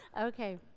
Okay